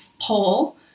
poll